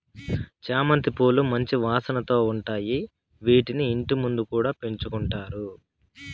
చామంతి పూలు మంచి వాసనతో ఉంటాయి, వీటిని ఇంటి ముందు కూడా పెంచుకుంటారు